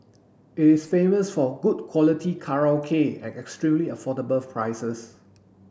it is famous for good quality karaoke at extremely affordable prices